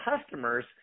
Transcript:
customers